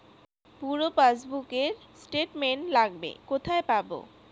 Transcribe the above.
পুরো পাসবুকের স্টেটমেন্ট লাগবে কোথায় পাব?